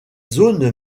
zones